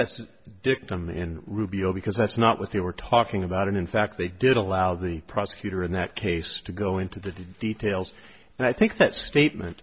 that's dictum in rubio because that's not what they were talking about and in fact they did allow the prosecutor in that case to go into the details and i think that statement